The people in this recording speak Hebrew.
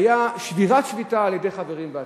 היתה שבירת שביתה על-ידי החברים בעצמם,